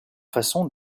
façons